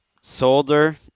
Solder